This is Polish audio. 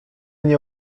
nie